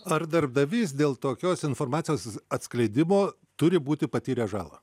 ar darbdavys dėl tokios informacijos atskleidimo turi būti patyręs žalą